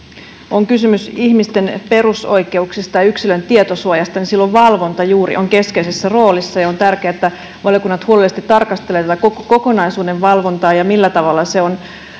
on kysymys ihmisten perusoikeuksista ja yksilön tietosuojasta, niin silloin valvonta juuri on keskeisessä roolissa ja on tärkeää, että valiokunnat huolellisesti tarkastelevat tätä kokonaisuuden valvontaa ja sitä, millä tavalla se on